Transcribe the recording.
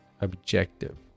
objective